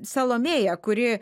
salomėja kuri